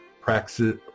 Praxis